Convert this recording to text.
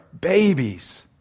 babies